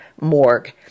morgue